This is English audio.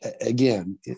again